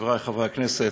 חבריי חברי הכנסת,